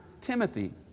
Timothy